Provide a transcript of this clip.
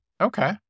Okay